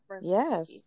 Yes